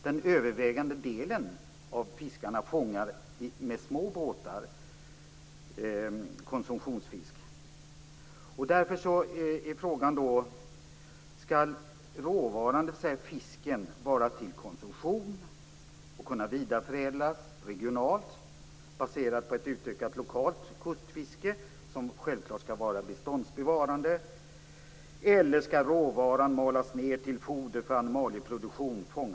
Den övervägande delen av fiskarna fångar konsumtionsfisk från små båtar. Därför är frågan om råvaran, dvs. fisken, skall vara avsedd för konsumtion och kunna vidareförädlas regionalt, baserat på ett utökat lokalt kustfiske som självfallet skall vara beståndsbevarande, eller om råvaran, fångad från några stora fartyg, skall malas ned till foder för animalieproduktion.